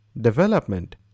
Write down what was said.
Development